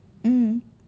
mm